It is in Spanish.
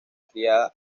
criada